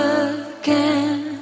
again